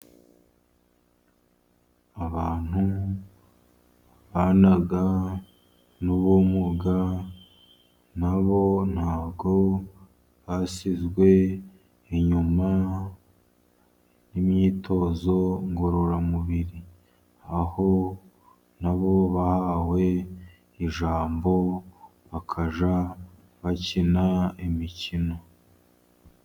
Abantu bana n'ubumuwuga, nabo ntabwo bashyizwe inyuma n'imyitozo ngororamubiri, aho nabo bahawe ijambo bakaja bakina imikino.